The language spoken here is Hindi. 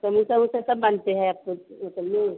समोसा ओमोसा सब बाँधते हैं आपके होटल में